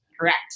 correct